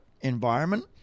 environment